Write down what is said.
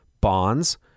bonds